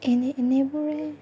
এনে এনেবোৰে